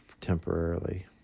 temporarily